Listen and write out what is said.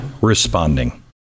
responding